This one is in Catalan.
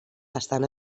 estan